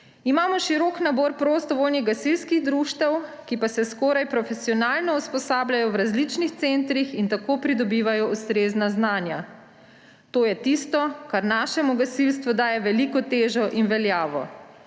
Imamo širok nabor prostovoljnih gasilskih društev, ki pa se skoraj profesionalno usposabljajo v različnih centrih in tako pridobivajo ustrezna znanja. To je tisto, kar našemu gasilstvu daje veliko težo in veljavo.